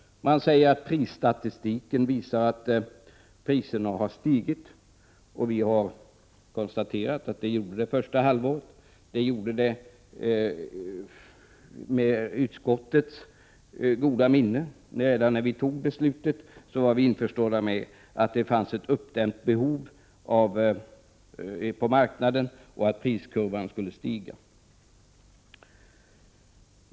Man säger att prisstatistiken visar att priserna har stigit. Vi har konstaterat att de gjorde det under det första halvåret. Det skedde med utskottets goda minne, för redan när vi fattade beslutet insåg vi att det fanns ett uppdämt behov på marknaden och att priskurvan skulle stiga.